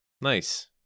Nice